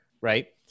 right